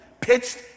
pitched